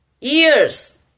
Ears